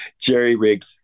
jerry-rigged